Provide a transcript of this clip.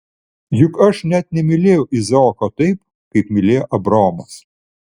juk aš net nemylėjau izaoko taip kaip mylėjo abraomas